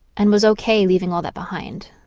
and was ok leaving all that behind